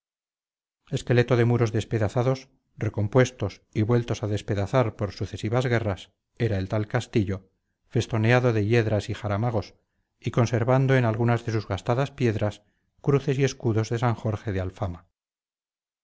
esqueleto de muros despedazados recompuestos y vueltos a despedazar por sucesivas guerras era el tal castillo festoneado de hiedras y jaramagos y conservando en algunas de sus gastadas piedras cruces y escudos de san jorge de alfama